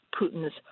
Putin's